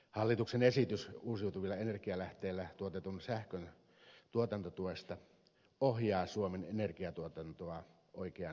hallituksen esitys uusiutuvilla energialähteillä tuotetun sähkön tuotantotuesta ohjaa suomen energiatuotantoa oikeaan suuntaan